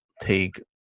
take